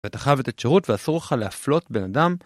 ואתה חייב לתת שירות ואסור לך להפלות בן אדם...